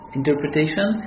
interpretation